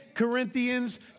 Corinthians